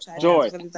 joy